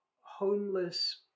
homeless